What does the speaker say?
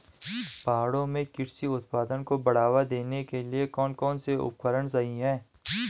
पहाड़ों में कृषि उत्पादन को बढ़ावा देने के लिए कौन कौन से उपकरण सही हैं?